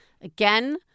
Again